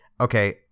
okay